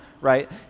right